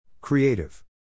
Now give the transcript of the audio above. Creative